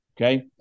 Okay